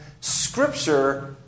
scripture